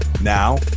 Now